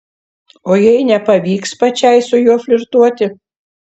o jei nepavyks pačiai su juo flirtuoti